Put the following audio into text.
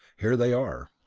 here they are